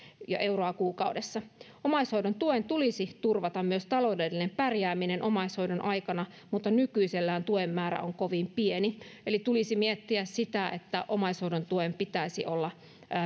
euroa kuukaudessa omaishoidon tuen tulisi turvata myös taloudellinen pärjääminen omaishoidon aikana mutta nykyisellään tuen määrä on kovin pieni tulisi miettiä sitä että omaishoidon tuen pitäisi olla